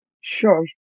Sure